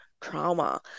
trauma